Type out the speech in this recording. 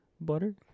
butter